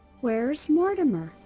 where's mortimer?